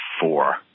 four